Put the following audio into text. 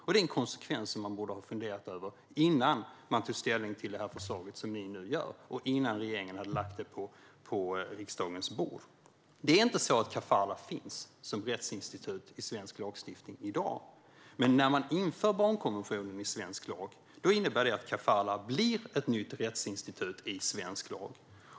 Det är en konsekvens som man borde ha funderat över innan man tog ställning till det här förslaget som ni nu gör och innan regeringen hade lagt det på riksdagens bord. Kafalah finns inte som rättsinstitut i svensk lagstiftning i dag. Men när man inför barnkonventionen i svensk lag innebär det att kafalah blir ett nytt rättsinstitut i svensk lag.